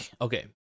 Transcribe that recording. Okay